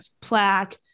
plaque